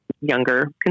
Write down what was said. younger